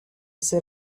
sit